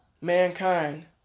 Mankind